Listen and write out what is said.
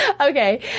Okay